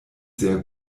sehr